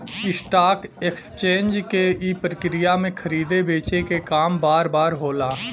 stock exchange के ई प्रक्रिया में खरीदे बेचे क काम बार बार होला